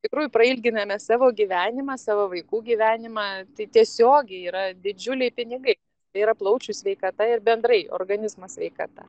iš tikrųjų prailginame savo gyvenimą savo vaikų gyvenimą tai tiesiogiai yra didžiuliai pinigai yra plaučių sveikata ir bendrai organizmo sveikata